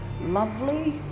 lovely